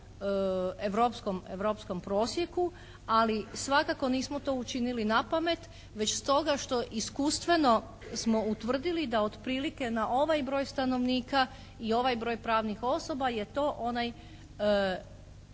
europskom prosjeku. Ali svakako nismo to učinili napamet, već stoga što iskustveno smo utvrdili da otprilike na ovaj broj stanovnika i onaj broj pravnih osoba je to onaj